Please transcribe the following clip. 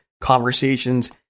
conversations